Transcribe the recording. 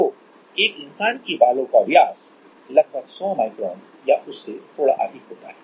तो और एक इंसान के बालों का व्यास लगभग 100 माइक्रोन या उससे थोड़ा अधिक होता है